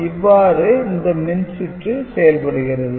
இவ்வாறு இந்த மின்சுற்று செயல்படுகிறது